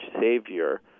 savior